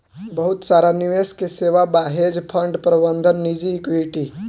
बहुत सारा निवेश के सेवा बा, हेज फंड प्रबंधन निजी इक्विटी